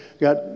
Got